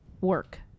work